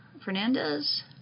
Fernandez